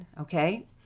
Okay